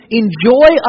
enjoy